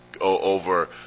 over